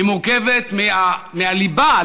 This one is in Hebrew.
היא מורכבת מהליבה.